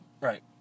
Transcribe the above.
Right